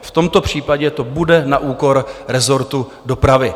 V tomto případě to bude na úkor rezortu dopravy.